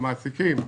המעסיקים.